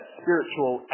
spiritual